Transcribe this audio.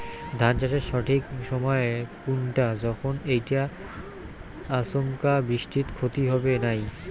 ধান চাষের সঠিক সময় কুনটা যখন এইটা আচমকা বৃষ্টিত ক্ষতি হবে নাই?